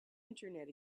internet